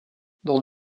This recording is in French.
dans